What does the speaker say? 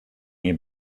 hier